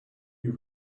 you